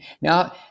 Now